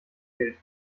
gilt